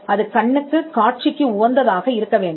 அது கண்ணுக்கு காட்சிக்கு உகந்ததாக இருக்க வேண்டும்